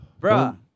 Bruh